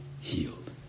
healed